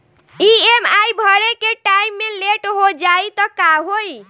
EMI भरे के time मे लेट हो जायी त का होई?